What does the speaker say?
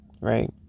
right